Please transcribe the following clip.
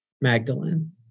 magdalene